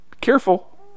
careful